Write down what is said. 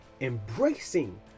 Embracing